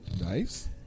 Nice